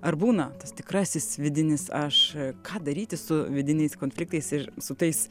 ar būna tas tikrasis vidinis aš ką daryti su vidiniais konfliktais ir su tais